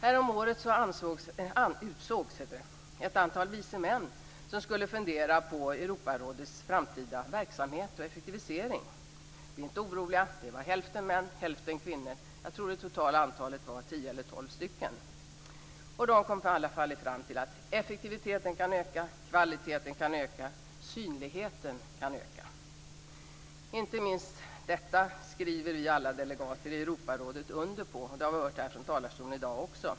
Häromåret utsågs ett antal "vice män" som skulle fundera på Europarådets framtida verksamhet och effektivisering. Bli inte oroliga! Det är hälften män och hälften kvinnor. Jag tror att det totala antalet var tio eller tolv stycken. De kom i alla fall fram till att - effektiviteten kan öka - kvaliteten kan öka - synligheten kan öka Inte minst detta skriver vi alla delegater i Europarådet under på. Det har vi hört från talarstolen i dag också.